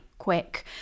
quick